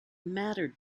mattered